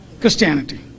Christianity